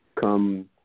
Come